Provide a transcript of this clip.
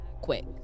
quick